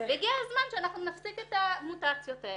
והגיע הזמן שאנחנו נפסיק את המוטציות האלה.